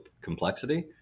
complexity